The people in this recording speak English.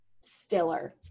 Stiller